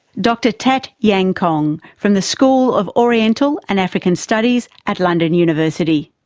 dr tat yan kong from the school of oriental and african studies at london university.